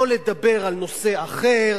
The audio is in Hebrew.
לא לדבר על נושא אחר.